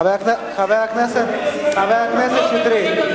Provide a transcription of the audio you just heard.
חבר הכנסת שטרית,